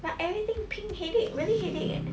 but everything pink headache really headache eh